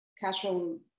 casual